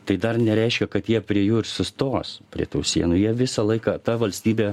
tai dar nereiškia kad jie prie jų ir sustos prie tų sienų jie visą laiką ta valstybė